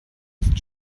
ist